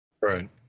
Right